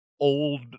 old